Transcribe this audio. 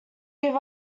give